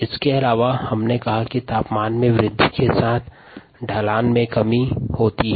इसके अलावा ताप में वृद्धि के साथ ढलान में कमी होती है